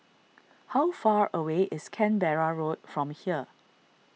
how far away is Canberra Road from here